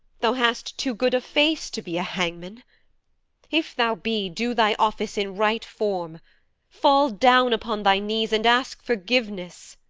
thou hast too good a face to be a hangman if thou be, do thy office in right form fall down upon thy knees, and ask forgiveness.